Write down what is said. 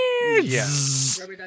yes